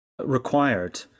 required